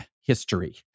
history